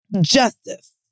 justice